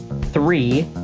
three